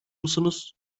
musunuz